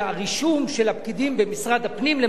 או של המשרד להגנת הסביבה בחקיקה,